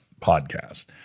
podcast